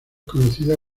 conocida